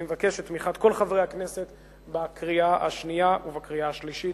אני מבקש את תמיכת כל חברי הכנסת בקריאה השנייה ובקריאה השלישית.